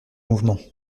mouvement